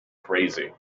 crazy